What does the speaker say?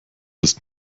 ist